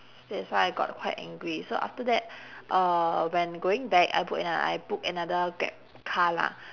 that's why I got quite angry so after that uh when going back I book anot~ I book another grab car lah